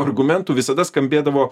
argumentų visada skambėdavo